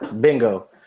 Bingo